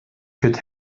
could